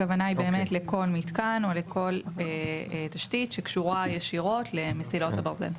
הכוונה היא באמת לכל מתקן או לכל תשתית שקשורה ישירות למסילות הברזל.